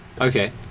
Okay